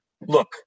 Look